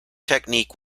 technique